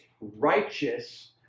righteous